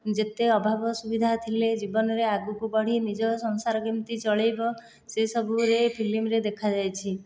ଯେତେ ଅଭାବ ଅସୁବିଧା ଥିଲେ ଜୀବନରେ ଆଗକୁ ବଢ଼ି ନିଜ ସଂସାର କେମିତି ଚଳାଇବ ସେ ସବୁରେ ଫିଲ୍ମରେ ଦେଖାଯାଇଛି